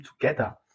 together